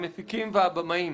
המפיקים, והבמאים".